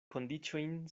kondiĉojn